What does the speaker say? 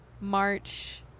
March